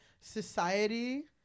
society